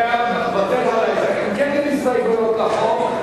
אם כן, אין הסתייגויות לחוק.